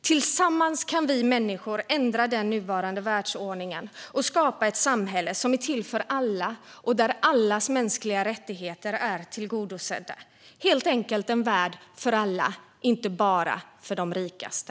Tillsammans kan vi människor ändra den nuvarande världsordningen och skapa ett samhälle som är till för alla och där allas mänskliga rättigheter är tillgodosedda. Det handlar helt enkelt om en värld för alla, inte bara för de rikaste.